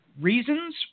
reasons